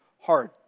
hard